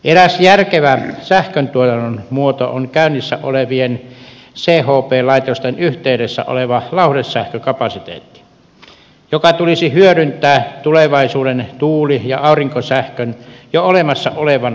eräs järkevä sähköntuotannon muoto on käynnissä olevien chp laitosten yhteydessä oleva lauhdesähkökapasiteetti joka tulisi hyödyntää tulevaisuuden tuuli ja aurinkosähkön jo olemassa olevana säätövoimakapasiteettina